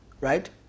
Right